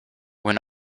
when